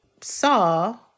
saw